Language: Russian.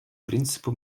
принципу